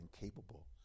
incapable